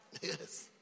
Yes